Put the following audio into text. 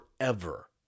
forever